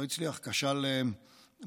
לא הצליח, כשל במשימתו.